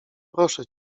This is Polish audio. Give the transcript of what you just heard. proszę